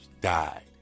died